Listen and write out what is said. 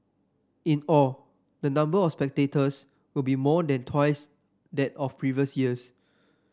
in all the number of spectators will be more than twice that of previous years